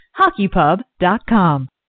HockeyPub.com